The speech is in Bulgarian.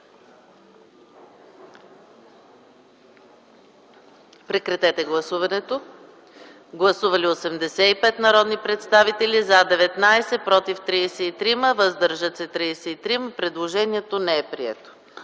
подкрепено от комисията. Гласували 85 народни представители: за 19, против 33, въздържали се 33. Предложението не е прието.